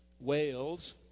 Wales